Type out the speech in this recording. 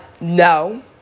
no